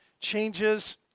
changes